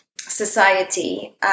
society